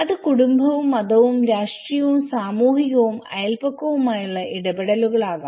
അത് കുടുംബവും മതവും രാഷ്ട്രീയവും സാമൂഹികവും അയൽപക്കവുമായുള്ള ഇടപെടലുകളാകാം